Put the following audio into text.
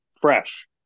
fresh